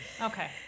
Okay